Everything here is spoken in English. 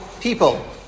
people